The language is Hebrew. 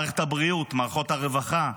מערכת הבריאות, מערכות הרווחה,